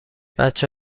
بچه